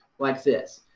like this,